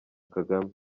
kagame